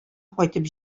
кайтып